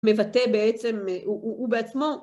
מבטא בעצם, הוא בעצמו.